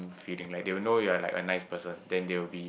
feeling like they will know you are like a nice person then they will be